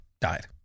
died